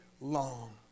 long